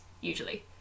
usually